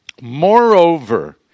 Moreover